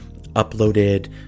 uploaded